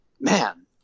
Man